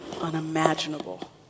unimaginable